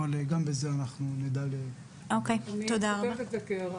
אבל גם בזה אנחנו נדע ל- -- אני מבקשת לשלוח